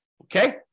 okay